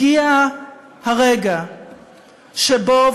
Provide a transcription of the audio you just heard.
הגיע הרגע שבו,